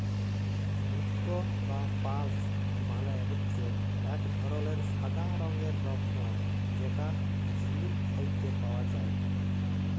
মুক্ত বা পার্লস মালে হচ্যে এক ধরলের সাদা রঙের রত্ন যেটা ঝিলুক থেক্যে পাওয়া যায়